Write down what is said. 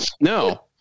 No